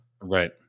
Right